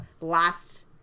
last